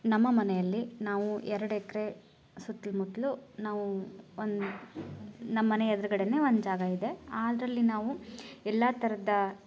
ನಮ್ಮ ಮನೆಯಲ್ಲಿ ನಾವು ಎರಡು ಎಕರೆ ಸುತ್ಲು ಮುತ್ತಲೂ ನಾವು ಒಂದು ನಮ್ಮನೆ ಎದುರ್ಗಡೆನೇ ಒಂದು ಜಾಗ ಇದೆ ಅದ್ರಲ್ಲಿ ನಾವು ಎಲ್ಲ ಥರದ